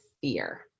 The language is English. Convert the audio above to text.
fear